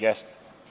Jeste.